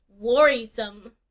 worrisome